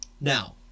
Now